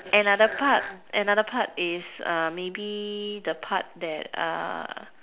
another part another part is uh maybe the part that uh